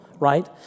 Right